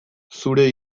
zure